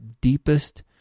deepest